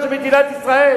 של מדינת ישראל?